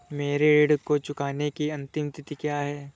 मेरे ऋण को चुकाने की अंतिम तिथि क्या है?